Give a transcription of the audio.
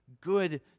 good